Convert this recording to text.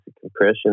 compression